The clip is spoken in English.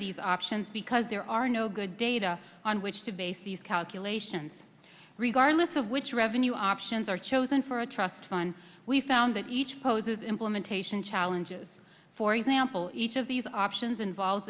these options because there are no good data on which to base these calculations regardless of which revenue options are chosen for a trust fund we found that each poses implementation challenges for example each of these options involve